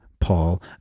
Paul